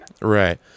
right